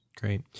Great